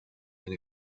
and